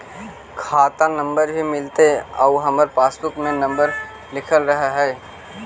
खाता नंबर भी मिलतै आउ हमरा पासबुक में नंबर लिखल रह है?